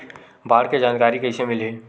बाढ़ के जानकारी कइसे मिलही?